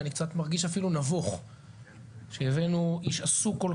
אני מרגיש אפילו נבוך שהבאנו איש עסוק כל